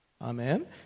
Amen